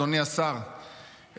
אדוני השר,